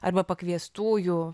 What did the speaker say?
arba pakviestųjų